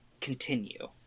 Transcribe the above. continue